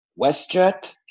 WestJet